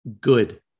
Good